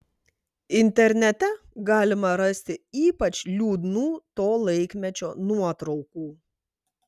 internete galima rasti ypač liūdnų to laikmečio nuotraukų